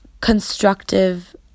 constructive